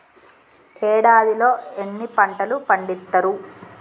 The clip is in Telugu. ఏడాదిలో ఎన్ని పంటలు పండిత్తరు?